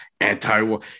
anti-war